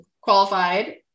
qualified